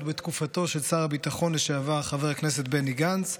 בתקופתו של שר הביטחון לשעבר חבר הכנסת בני גנץ,